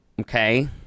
okay